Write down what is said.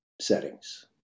settings